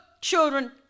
children